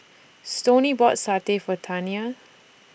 Stoney bought Satay For Taniya